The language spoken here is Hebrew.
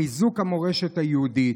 חיזוק המורשת היהודית,